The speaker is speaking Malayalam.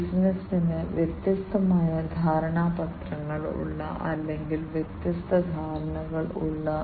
ഇന്റൽ IoT ഉപകരണ ലൈബ്രറി അത്തരത്തിലുള്ള ഒരു ലൈബ്രറിയാണ് അതിൽ വ്യത്യസ്ത ഘടകങ്ങളുണ്ട്